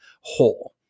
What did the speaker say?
whole